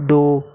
दो